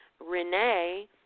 Renee